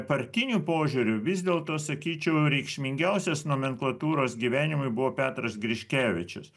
partiniu požiūriu vis dėlto sakyčiau reikšmingiausias nomenklatūros gyvenimui buvo petras griškevičius